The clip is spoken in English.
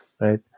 right